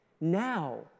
now